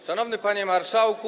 Szanowny Panie Marszałku!